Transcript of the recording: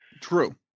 True